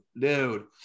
dude